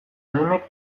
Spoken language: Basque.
denek